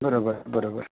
बरोबर बरोबर